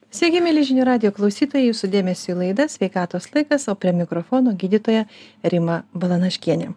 sveiki mieli žinių radijo klausytojai jūsų dėmesiui laida sveikatos laikas o prie mikrofono gydytoja rima balanaškienė